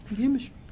chemistry